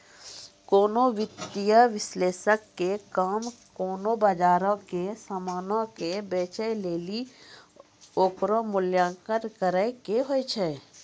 कोनो वित्तीय विश्लेषक के काम कोनो बजारो के समानो के बेचै लेली ओकरो मूल्यांकन करै के होय छै